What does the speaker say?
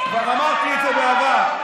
כבר אמרתי את זה בעבר.